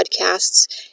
podcasts